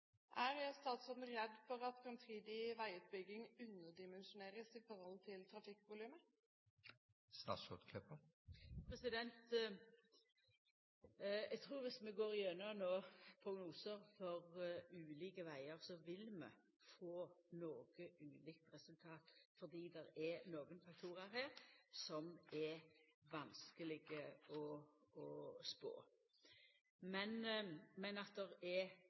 er for lave. Er statsråden redd for at framtidig veiutbygging underdimensjoneres i forhold til trafikkvolumet? Dersom vi går igjennom prognosar for ulike vegar, trur eg vi vil få noko ulikt resultat fordi det er faktorar her som er vanskelege å spå. Men at det er